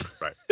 Right